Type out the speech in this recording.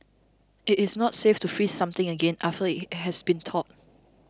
it is not safe to freeze something again after it has thawed